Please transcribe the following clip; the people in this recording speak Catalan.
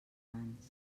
cants